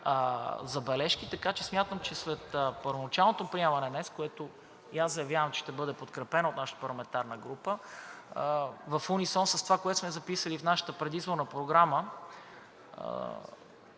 забележки. Така че смятам, че след първоначалното приемане днес, като и аз заявявам, че ще бъде подкрепено от нашата парламентарна група в унисон с това, което сме записали в нашата предизборна програма